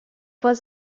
was